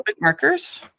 markers